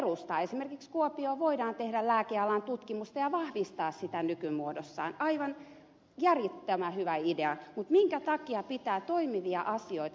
esimerkiksi kuopioon voidaan perustaa lääkealan tutkimusta ja vahvistaa sitä nykymuodossaan aivan järjettömän hyvä idea mutta minkä takia pitää toimivia asioita siirtää